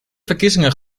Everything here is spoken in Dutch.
verkiezingen